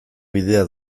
bidea